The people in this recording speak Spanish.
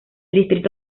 distrito